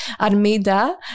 Armida